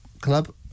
club